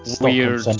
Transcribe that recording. weird